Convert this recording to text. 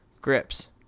Grips